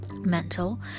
mental